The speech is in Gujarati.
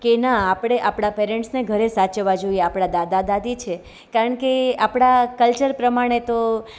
કે ના આપણે આપણા પેરેન્ટ્સને ઘરે સાચવવા જોઈએ આપણા દાદા દાદી છે કારણ કે આપણા કલ્ચર પ્રમાણે તો